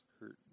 hurt